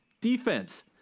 defense